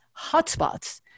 hotspots